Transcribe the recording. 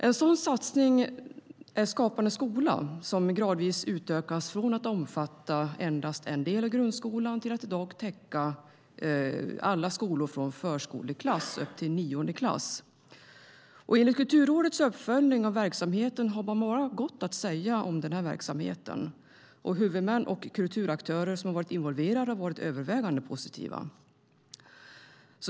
En sådan satsning är Skapande skola som gradvis har utökats från att omfatta endast en del av grundskolan till att i dag täcka alla skolår från förskoleklass upp till nionde klass. Enligt Kulturrådets uppföljning av verksamheten har man bara gott att säga om denna verksamhet. Huvudmän och kulturaktörer som har varit involverade har varit övervägande positiva.